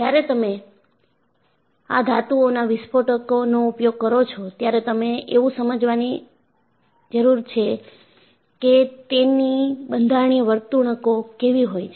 જ્યારે પણ તમે આ ધાતુઓના વિસ્ફોટકનો ઉપયોગ કરો છો ત્યારે તમારે એવું સમજવાની જરૂર છે કે તેની બંધારણીય વર્તણૂકકો કેવી હોય છે